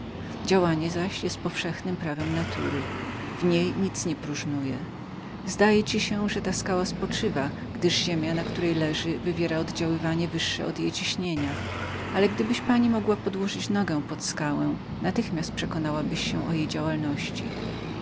działanie zaś jest powszechnem prawem natury w niej nic nie próżnuje zdaje ci się że ta skała spoczywa gdyż ziemia na której leży przedstawia oddziaływanie wyższe od jej ciśnienia ale gdybyś pani mogła podłożyć nogę pod skałę natychmiast przekonałabyś się o jej działalności